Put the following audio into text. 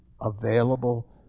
available